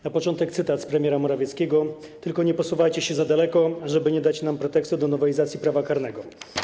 Na początek cytat z premiera Morawieckiego: „Tylko nie posuwajcie się za daleko, żeby nie dać nam pretekstu do nowelizacji prawa karnego”